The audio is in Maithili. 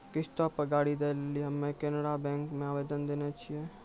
किश्तो पे गाड़ी दै लेली हम्मे केनरा बैंको मे आवेदन देने छिये